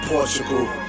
Portugal